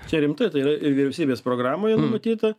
čia rimtai tai yra ir vyriausybės programoje numatyta